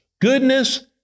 goodness